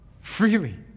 freely